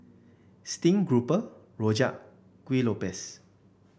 Steamed Grouper rojak Kuih Lopes